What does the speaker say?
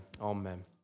amen